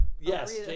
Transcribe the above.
Yes